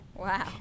Wow